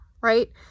right